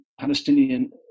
Palestinian